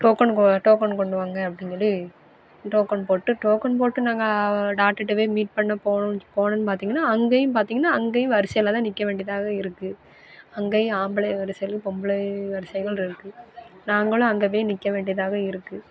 token கொ token கொண்டு வாங்க அப்படின்னு சொல்லி டோக்கன் போட்டு டோக்கன் போட்டு நாங்கள் டாக்டர்கிட்ட போய் மீட் பண்ண போகணும் போகணும்னு பார்த்தீங்கன்னா அங்கேயும் பார்த்தீங்கன்னா அங்கேயும் வரிசையில் தான் நிற்க வேண்டியதாக இருக்கு அங்கேயும் ஆம்பளயை வரிசைகளும் பொம்பளயை வரிசைகள் இருக்கு நாங்களும் அங்கே போய் நிற்க வேண்டியதாக இருக்கு